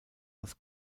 das